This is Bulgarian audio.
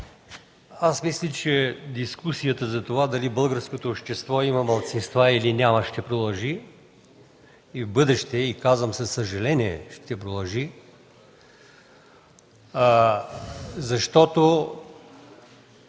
Аз мисля, че дискусията дали в българското общество има малцинства, или няма, ще продължи и в бъдеще. Казвам със съжаление „ще продължи”, защото